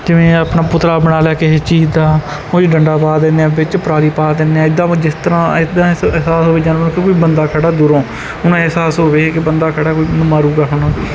ਜਿਵੇਂ ਆਪਣਾ ਪੁਤਲਾ ਬਣਾ ਲਿਆ ਕਿਸੇ ਚੀਜ਼ ਦਾ ਉਹ 'ਚ ਡੰਡਾ ਪਾ ਦਿੰਦੇ ਹਾਂ ਵਿੱਚ ਪਰਾਲੀ ਪਾ ਦਿੰਦੇ ਹਾਂ ਇੱਦਾਂ ਵਾ ਜਿਸ ਤਰ੍ਹਾਂ ਇੱਦਾਂ ਅਹਿਸਾਸ ਹੋਵੇ ਜਾਨਵਰਾਂ ਨੂੰ ਕਿ ਕੋਈ ਬੰਦਾ ਖੜ੍ਹਾਂ ਦੂਰੋਂ ਉਹਨੂੰ ਅਹਿਸਾਸ ਹੋਵੇ ਕਿ ਬੰਦਾ ਖੜ੍ਹਾਂ ਕੋਈ ਮੈਨੂੰ ਮਾਰੂਗਾ ਹੁਣ